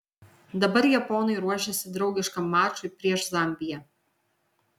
dabar japonai ruošiasi draugiškam mačui prieš zambiją